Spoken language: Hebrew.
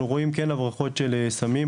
כן אנחנו רואים הברחות של סמים,